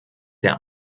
der